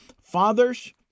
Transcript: Fathers